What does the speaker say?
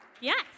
Yes